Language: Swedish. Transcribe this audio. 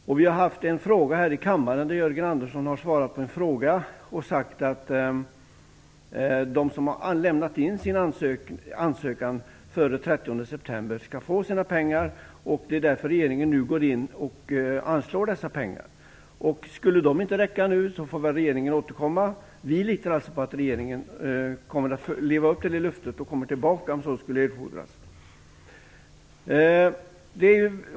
Jörgen Andersson har här i kammaren som svar på en fråga sagt att de som lämnat in sin ansökan före den 30 september skall få sina pengar. Det är därför som regeringen nu går in och anslår dessa pengar. Skulle de inte räcka nu, får väl regeringen återkomma. Vi litar alltså på att regeringen skall leva upp till sitt löfte och kommer tillbaka, om så skulle erfordras.